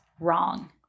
wrong